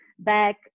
back